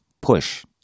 push